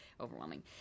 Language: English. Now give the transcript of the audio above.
Overwhelming